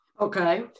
Okay